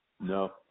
No